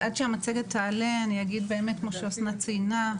עד שהמצגת תעלה אגיד כמו שאסנת ציינה,